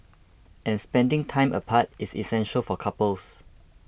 and spending time apart is essential for couples